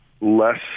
less